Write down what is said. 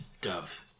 Dove